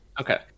Okay